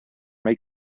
make